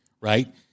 right